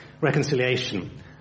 reconciliation